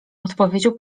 odpowiedział